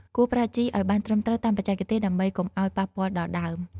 គួរប្រើជីឲ្យបានត្រឹមត្រូវតាមបច្ចេកទេស ដើម្បីកុំឲ្យប៉ះពាល់ដល់ដើម។